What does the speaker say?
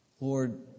Lord